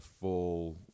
full